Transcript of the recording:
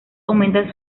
aumentan